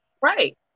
Right